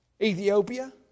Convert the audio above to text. Ethiopia